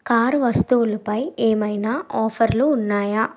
car వస్తువులపై ఏమైనా ఆఫర్లు ఉన్నాయా